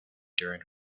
during